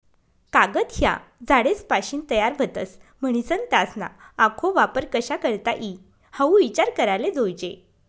कागद ह्या झाडेसपाशीन तयार व्हतस, म्हनीसन त्यासना आखो वापर कशा करता ई हाऊ ईचार कराले जोयजे